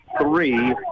three